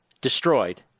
destroyed